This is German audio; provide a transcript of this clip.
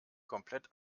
komplett